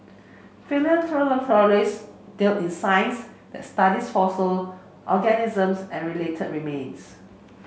palaeontologists deal in science that studies fossil organisms and related remains